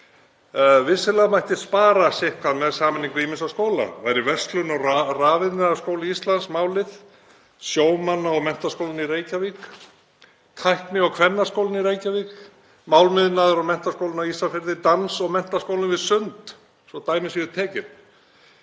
Vissulega mætti spara sitthvað með sameiningu ýmissa skóla. Væri Verslunar- og rafiðnaðarskóli Íslands málið? Sjómanna- og menntaskólinn í Reykjavík? Tækni- og kvennaskólinn í Reykjavík, Málmiðnaðar- og menntaskólinn á Ísafirði, Dans- og menntaskólinn við Sund, svo dæmi séu tekin?